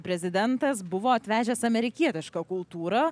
prezidentas buvo atvežęs amerikietišką kultūrą